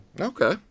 Okay